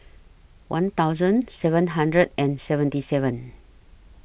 one thousand seven hundred and seventy seven